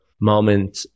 moment